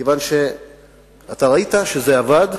כיוון שראית שזה עבד,